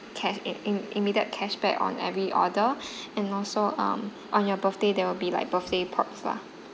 cash im~ im~ immediate cashback on every order and also um on your birthday there will be like birthday perks lah